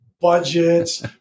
budgets